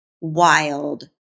wild